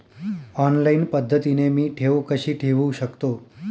Online पद्धतीने मी ठेव कशी ठेवू शकतो?